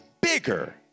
bigger